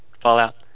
Fallout